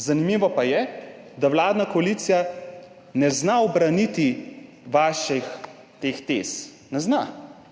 Zanimivo pa je, da vladna koalicija ne zna ubraniti teh vaših tez. Ne zna.